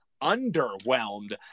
underwhelmed